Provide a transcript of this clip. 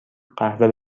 قهوه